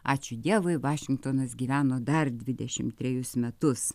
ačiū dievui vašingtonas gyveno dar dvidešimt trejus metus